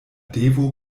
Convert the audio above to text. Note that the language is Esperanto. devo